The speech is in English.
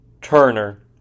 Turner